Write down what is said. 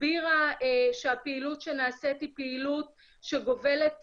הסבירה שהפעילות שנעשית היא פעילות שגובלת